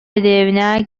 дэриэбинэҕэ